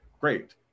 great